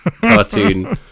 cartoon